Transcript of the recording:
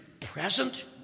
present